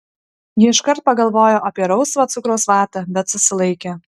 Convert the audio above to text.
ji iškart pagalvojo apie rausvą cukraus vatą bet susilaikė